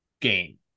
game